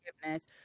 forgiveness